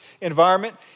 environment